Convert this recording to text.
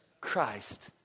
Christ